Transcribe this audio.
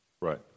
right